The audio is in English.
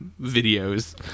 videos